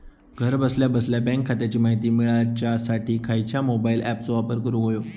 घरा बसल्या बसल्या बँक खात्याची माहिती मिळाच्यासाठी खायच्या मोबाईल ॲपाचो वापर करूक होयो?